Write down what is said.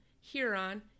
Huron